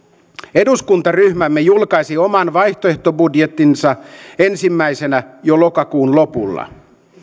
eduskuntaryhmämme julkaisi oman vaihtoehtobudjettinsa ensimmäisenä jo lokakuun lopulla